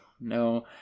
No